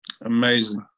Amazing